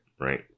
Right